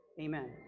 amen